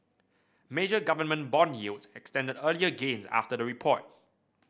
major government bond yields extended earlier gains after the report